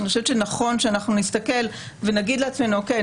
נכון שנסתכל ונגיד לעצמנו: אוקיי,